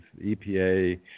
EPA